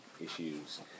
issues